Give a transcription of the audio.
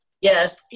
Yes